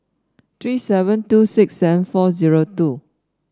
three seven two six seven four zero two